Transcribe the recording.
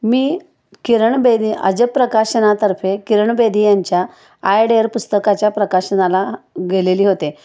मी किरण बेदी अजय प्रकाशनातर्फे किरण बेदी यांच्या I dare पुस्तकाच्या प्रकाशनाला गेलेली होते